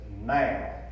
now